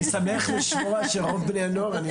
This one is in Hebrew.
אני שמח לשמוע שרוב בני הנוער.